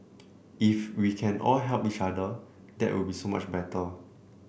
if we can all help each other that would be so much better